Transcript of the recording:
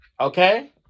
Okay